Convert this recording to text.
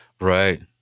Right